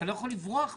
אתה לא יכול לברוח מזה.